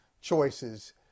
choices